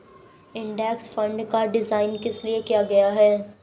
Index fund का design किस लिए किया गया है?